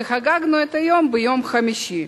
וחגגנו את היום ביום חמישי.